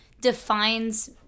defines –